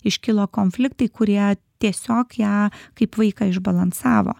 iškilo konfliktai kurie tiesiog ją kaip vaiką išbalansavo